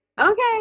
okay